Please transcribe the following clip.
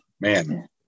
man